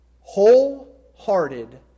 wholehearted